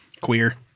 Queer